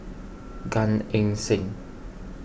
Gan Eng Seng